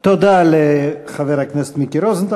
תודה לחבר הכנסת מיקי רוזנטל.